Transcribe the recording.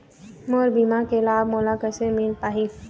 मोर बीमा के लाभ मोला कैसे मिल पाही?